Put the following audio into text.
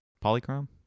Polychrome